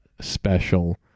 special